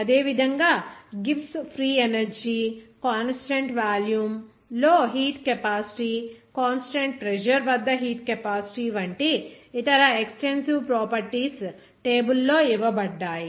అదేవిధంగా Gibbs free energy constant volume లో heat capacity constant pressure వద్ద హీట్ కెపాసిటీ వంటి ఇతర ఎక్సటెన్సివ్ ప్రాపర్టీస్ టేబుల్ లో ఇవ్వబడ్డాయి